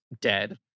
dead